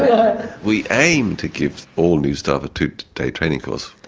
ah we aim to give all new staff a two day training course,